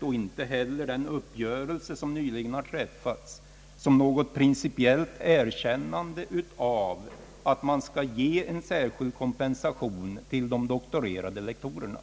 och inte heller den uppgörelse som nyligen träffats som ett principiellt erkännande av att man skall ge särskild kompensation till de doktorerade lektorerna.